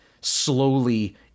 slowly